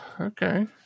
okay